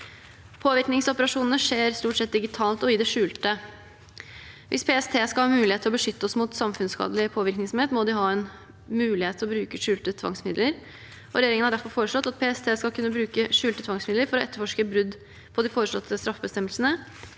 Påvirkningsoperasjonene skjer stort sett digitalt og i det skjulte. Hvis PST skal ha mulighet til å beskytte oss mot samfunnsskadelig påvirkningsvirksomhet, må de ha en mulighet til å bruke skjulte tvangsmidler. Regjeringen har derfor foreslått at PST skal kunne bruke skjulte tvangsmidler for å etterforske brudd på de foreslåtte straffebestemmelsene